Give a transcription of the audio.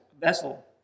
vessel